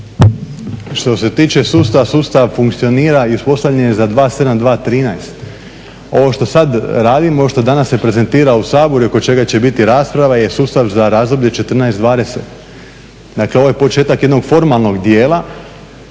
Što se tiče sustava, sustav funkcionira i postavljen je za 27213. Ovo što sad radimo, što danas se prezentira u Saboru i oko čega će biti rasprava je sustav za razdoblje 14-20. Dakle ovo je početak jednog formalnog dijela,